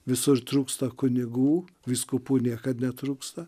visur trūksta kunigų vyskupų niekad netrūksta